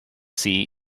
sea